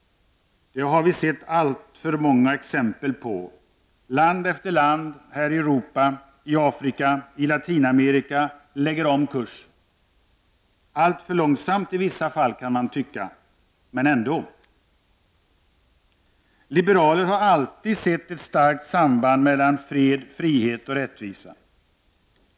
Det har vi sett alltför många exempel på. Land efter land i Europa, Afrika, Latinamerika lägger om kursen. Alltför långsamt i vissa fall kan man tycka, men ändå. Liberaler har alltid sett ett starkt samband mellan fred, frihet och rättvisa.